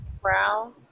Brown